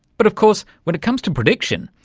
but, of course, when it comes to prediction,